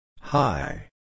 Hi